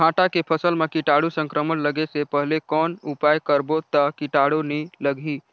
भांटा के फसल मां कीटाणु संक्रमण लगे से पहले कौन उपाय करबो ता कीटाणु नी लगही?